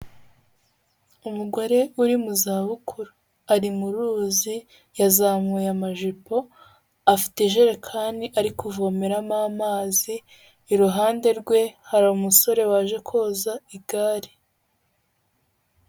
Umugore uri mu zabukuru, ari mu ruzi yazamuye amajipo, afite ijerekani ari kuvomeramo amazi, iruhande rwe hari umusore waje koza igare.